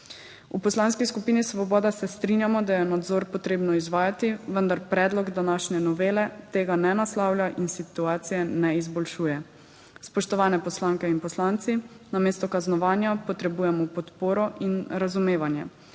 V Poslanski skupini Svoboda se strinjamo, da je nadzor potrebno izvajati, vendar predlog današnje novele tega ne naslavlja in situacije ne izboljšuje. Spoštovane poslanke in poslanci, namesto kaznovanja potrebujemo podporo in razumevanje.